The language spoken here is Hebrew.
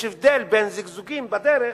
יש הבדל בין זיגזוגים בדרך